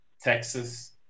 Texas